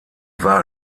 war